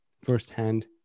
firsthand